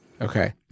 Okay